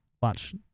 watch